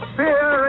fear